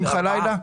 עם חלאילה.